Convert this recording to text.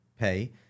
pay